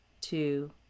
Two